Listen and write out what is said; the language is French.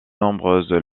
nombreuses